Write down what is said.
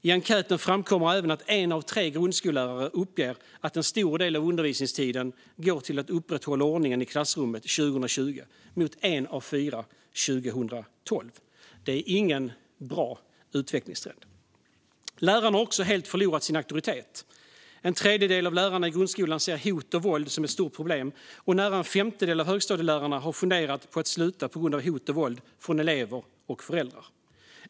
I enkäten framkommer även att en av tre grundskollärare uppger att en stor del av undervisningstiden går till att upprätthålla ordningen i klassrummet 2020, mot en av fyra 2012. Det är ingen bra utvecklingstrend. Lärarna har också helt förlorat sin auktoritet. En tredjedel av lärarna i grundskolan ser hot och våld som ett stort problem, och nära en femtedel av högstadielärarna har funderat på att sluta på grund av hot och våld från elever och föräldrar.